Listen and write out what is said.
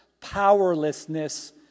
powerlessness